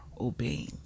obeying